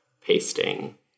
pasting